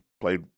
played